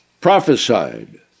Prophesied